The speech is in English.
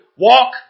walk